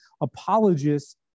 apologists